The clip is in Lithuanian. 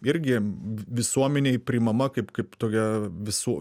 irgi visuomenei priimama kaip kaip tokia visų